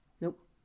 Nope